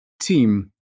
team